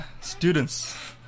students